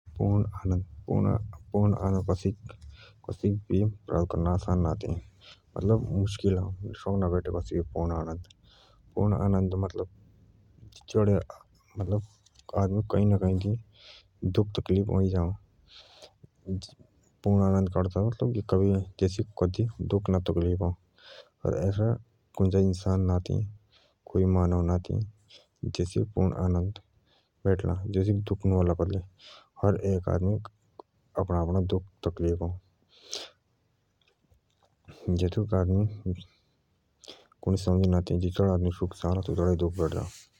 पूर्ण आनंद सक ना बेटे कसिकी आदमीक कही ना कही दुख तकलीफ़ हईजाअः पुर्ण आनन्द का मतलब अ जेसिक कदि दुख नु अला पर ऐसा कुण ना आति जैसीक दुख तकलीफ़ नु अले पुर्ण आनन्द कसकेइ ना बेटो जुछडा आदमी सुख ऐरअ तुच्छा हि मिल दुःख।